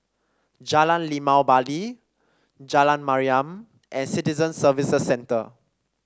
Jalan Limau Bali Jalan Mariam and Citizen Services Centre